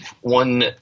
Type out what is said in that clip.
one